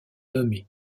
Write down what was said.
nommé